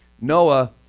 noah